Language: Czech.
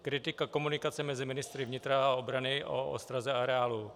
Kritika komunikace mezi ministry vnitra a obrany o ostraze areálu.